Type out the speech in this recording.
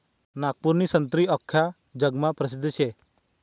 नागपूरनी संत्री आख्खा जगमा परसिद्ध शे